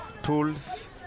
tools